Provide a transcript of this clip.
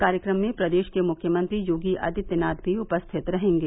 कार्यक्रम में प्रदेश के मुख्यमंत्री योगी आदित्यनाथ भी उपस्थित रहेंगे